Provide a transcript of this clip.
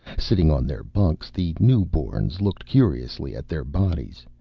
sitting on their bunks, the newborns looked curiously at their bodies,